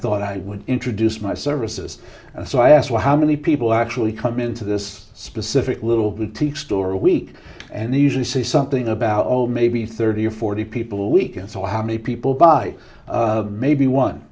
thought i would introduce my services and so i asked well how many people actually come into this specific little boutique store a week and they usually say something about oh maybe thirty or forty people week and so how many people buy maybe one